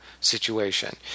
situation